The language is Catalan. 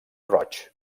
roig